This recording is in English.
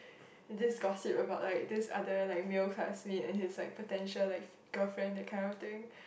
this gossip about like this other like male classmate and he is like potential like girlfriend that kind of things